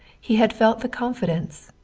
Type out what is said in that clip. he had felt the confidence,